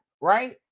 right